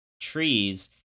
trees